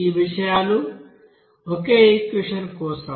ఈ విషయాలు ఒకే ఈక్వెషన్ కోసం